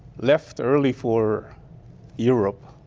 left early for europe,